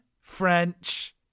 French